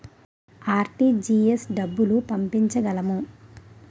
RTGS డబ్బులు పంపించగలము?